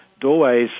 doorways